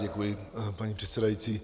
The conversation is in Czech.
Děkuji, paní předsedající.